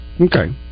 Okay